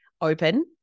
open